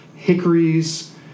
Hickories